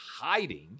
hiding